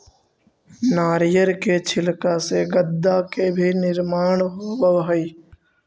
नारियर के छिलका से गद्दा के भी निर्माण होवऽ हई